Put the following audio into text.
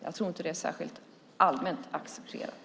Jag tror inte att det är allmänt accepterat.